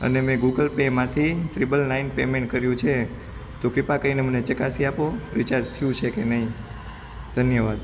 અને મેં ગૂગલ પેમાંથી ત્રિપલ નાઇન પેમેંટ કર્યુ છે તો ક્રૃપા કરીને મને ચકાસી આપો રિચાર્જ થયું કે નહીં ધન્યવાદ